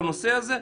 לנושא הזה,